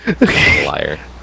Liar